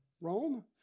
Rome